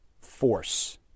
force